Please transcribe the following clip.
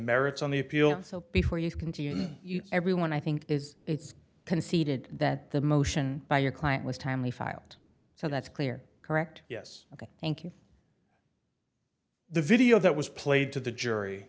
merits on the appeal so before you continue everyone i think is it's conceded that the motion by your client was timely filed so that's clear correct yes ok thank you the video that was played to the jury